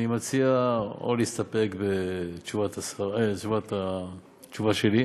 אני מציע או להסתפק בתשובה שלי.